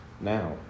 now